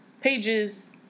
pages